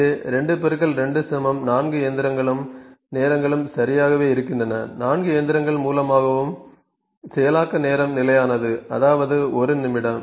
இங்கே 2 2 4 இயந்திரங்களும் நேரங்களும் சரியாகவே இருக்கின்றன 4 இயந்திரங்கள் மூலமாகவும் செயலாக்க நேரம் நிலையானது அதாவது 1 நிமிடம்